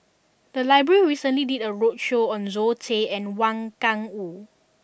the library recently did a roadshow on Zoe Tay and Wang Gungwu